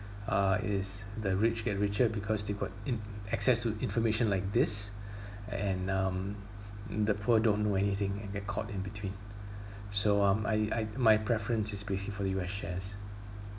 uh is the rich gets richer because they got in access to information like this and um the poor don't know anything and get caught in between so um I I my preference is basically for U_S shares